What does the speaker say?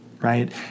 right